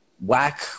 whack